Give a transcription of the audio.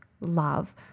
love